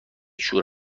شور